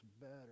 better